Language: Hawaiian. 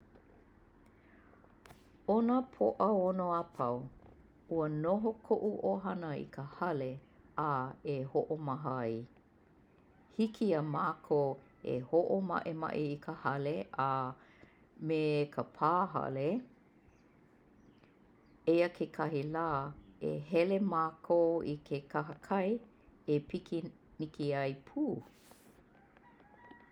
'O nā Põ'aono apau, ua noho ko'u 'ohana i ka hale a e ho'omaha ai. Hiki ia mākou e ho'oma'ema'e i ka hale a me ka pāhale. Eia kekahi la, e hele mākou i ke kahakai e pikiniki ai pū.